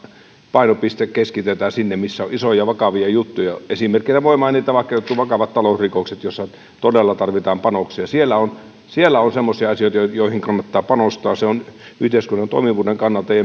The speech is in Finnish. painopiste keskitetään sinne missä on isoja vakavia juttuja esimerkkeinä voi mainita vaikka jotkut vakavat talousrikokset joissa todella tarvitaan panoksia siellä on siellä on semmoisia asioita joihin kannattaa panostaa se on yhteiskunnan toimivuuden kannalta ja